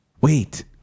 wait